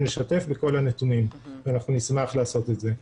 לשתף בכל הנתונים ואנחנו נשמח לעשות את זה.